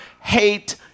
Hate